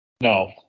No